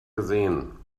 gesehen